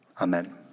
Amen